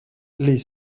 les